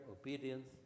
obedience